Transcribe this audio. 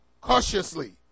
cautiously